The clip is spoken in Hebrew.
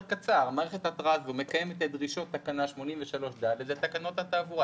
קצר: "מערכת התרעה זו מקיימת את דרישות תקנה 83ד לתקנות התעבורה".